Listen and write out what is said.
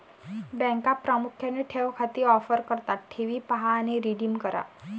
बँका प्रामुख्याने ठेव खाती ऑफर करतात ठेवी पहा आणि रिडीम करा